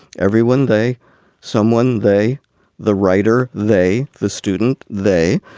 everyone day someone they the writer, they, the student, they.